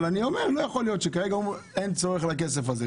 אבל לא יכול להיות שכרגע אומרים שאין צורך בכסף הזה.